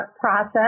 process